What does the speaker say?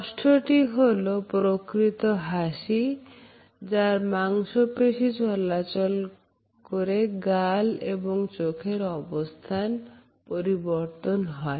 ষষ্ঠ টি হল প্রকৃত হাসি যারা মাংসপেশি চলাচল করে গাল এবং চোখের অবস্থান পরিবর্তন হয়